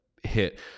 hit